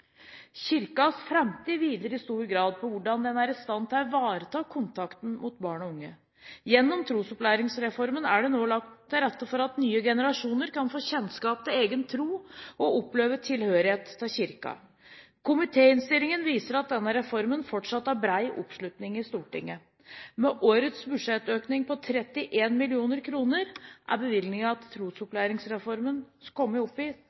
Kirkens framtid hviler i stor grad på hvordan den er i stand til å ivareta kontakten med barn og unge. Gjennom trosopplæringsreformen er det nå lagt til rette for at nye generasjoner kan få kjennskap til egen tro og oppleve tilhørighet til Kirken. Komitéinnstillingen viser at denne reformen fortsatt har bred oppslutning i Stortinget. Med årets budsjettøkning på 31 mill. kr er bevilgningene til trosopplæringsreformen kommet opp i